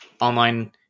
online